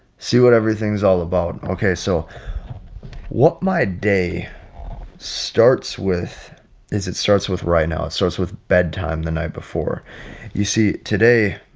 see what everything's all about. okay, so what my day starts with is it starts with right now it starts with bedtime the night before you see today.